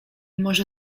może